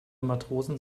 matrosen